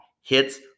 Hits